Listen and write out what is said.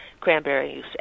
cranberries